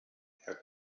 herr